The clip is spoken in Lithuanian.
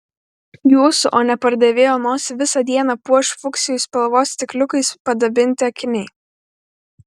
jūsų o ne pardavėjo nosį visą dieną puoš fuksijų spalvos stikliukais padabinti akiniai